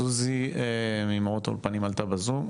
סוזי ממורות האולפנים בזום,